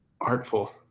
artful